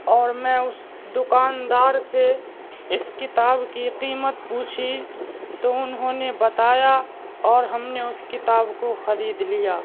اور میں اس دکاندار سے اس کتاب کی قیمت پوچھی تو انہوں نے بتایا اور ہم نے اس کتاب کو خرید لیا